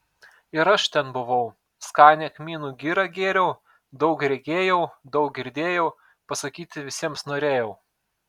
ir aš ten buvau skanią kmynų girą gėriau daug regėjau daug girdėjau pasakyti visiems norėjau